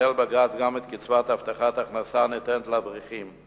ביטל בג"ץ גם את קצבת הבטחת הכנסה הניתנת לאברכים,